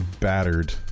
battered